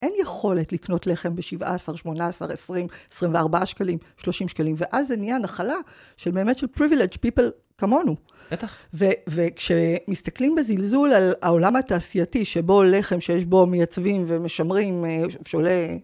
אין יכולת לקנות לחם ב-17, 18, 20, 24 שקלים, 30 שקלים, ואז זו נהיה נחלה של באמת, של פריבילג' פיפל כמונו. בטח. וכשמסתכלים בזלזול על העולם התעשייתי, שבו לחם שיש בו מייצבים ומשמרים, שעולה...